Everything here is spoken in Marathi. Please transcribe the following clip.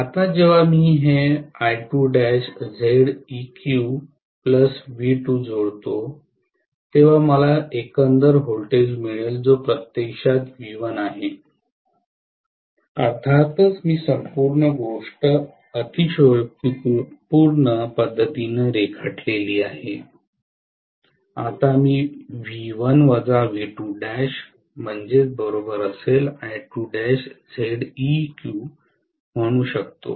आता जेव्हा मी हे ZeqV2 जोडतो तेव्हा मला एकंदर व्होल्टेज मिळेल जो प्रत्यक्षात V1 आहे अर्थातच मी संपूर्ण गोष्ट अतिशयोक्तीपूर्ण पद्धतीने रेखाटली आहे आता मी V1 Zeq म्हणू शकतो